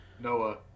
Noah